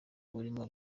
urimo